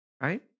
right